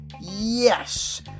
Yes